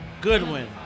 Goodwin